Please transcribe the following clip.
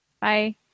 Bye